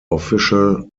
official